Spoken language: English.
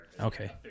Okay